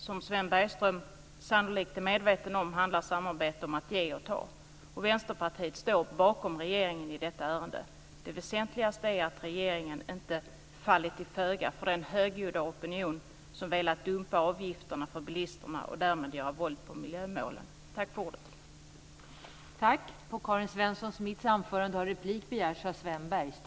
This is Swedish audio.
Som Sven Bergström sannolikt är medveten om handlar samarbete om att ge och ta, och Vänsterpartiet står bakom regeringen i detta ärende. Det väsentligaste är att regeringen inte faller till föga för den högljudda opinion som har velat dumpa avgifterna för bilisterna och därmed göra våld på miljömålen. Tack för ordet!